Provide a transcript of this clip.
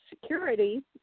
security